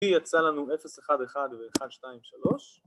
‫כי יצא לנו 0, 1, 1 ו-1, 2, 3.